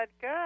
good